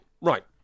right